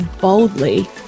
boldly